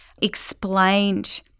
explained